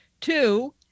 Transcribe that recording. two